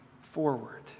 forward